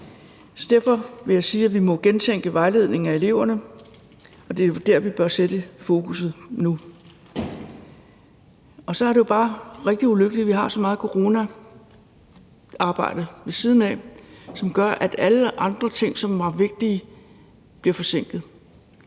at vi må gentænke vejledningen af eleverne, og det er der, vi bør sætte fokusset nu. Og så er det bare rigtig ulykkeligt, at vi har så meget coronaarbejde ved siden af, som gør, at alle andre ting, som er meget vigtige, bliver forsinket.